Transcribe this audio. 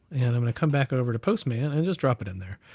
and i'm gonna come back over to postman, and and just drop it in there,